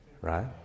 right